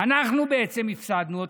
אנחנו בעצם הפסדנו,